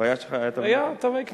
היו תווי קנייה,